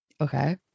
Okay